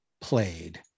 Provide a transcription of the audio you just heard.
played